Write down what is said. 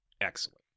Excellent